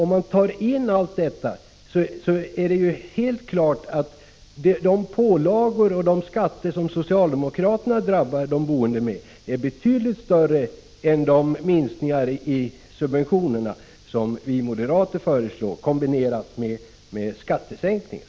Om man tar in allt detta i bedömningen är det helt klart att de pålagor och skatter som socialdemokraterna ålägger de boende är betydligt större än de minskningar i subventionerna som vi moderater föreslår, kombinerade med skattesänkningar.